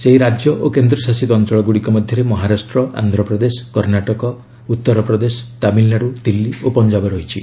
ସେହି ରାଜ୍ୟ ଓ କେନ୍ଦ୍ରଶାସିତ ଅଞ୍ଚଳଗୁଡ଼ିକ ମଧ୍ୟରେ ମହାରାଷ୍ଟ୍ର ଆନ୍ଧ୍ରପ୍ରଦେଶ କର୍ଣ୍ଣାଟକ ଉତ୍ତରପ୍ରଦେଶ ତାମିଲନାଡୁ ଦିଲ୍ଲୀ ଓ ପଞ୍ଜାବ ରହିଛି